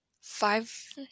five